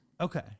Okay